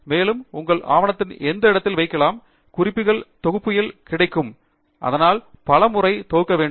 மேலும் உங்கள் ஆவணத்தில் எந்த இடத்திலும் வைக்கலாம் குறிப்புகள் தொகுக்கையில் கிடைக்கும் அதனால் பல முறை தொகுக்க வேண்டும்